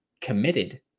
committed